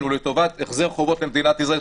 לטובת החזר חובות למדינת ישראל,